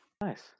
Nice